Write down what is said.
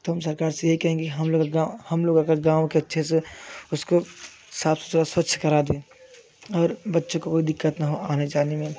तो हम सरकार से यही कहेंगे हम लोग हम लोग अगर गांव के अच्छे से उसको साफ स्वच्छ करा दो और बच्चे को कोई दिक्कत ना आने जाने में